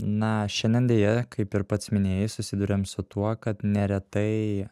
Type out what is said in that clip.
na šiandien deja kaip ir pats minėjai susiduriam su tuo kad neretai